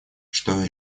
что